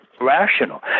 rational